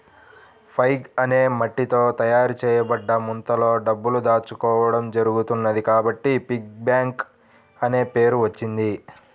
pig అనే మట్టితో తయారు చేయబడ్డ ముంతలో డబ్బులు దాచుకోవడం జరుగుతున్నది కాబట్టి పిగ్గీ బ్యాంక్ అనే పేరు వచ్చింది